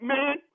Man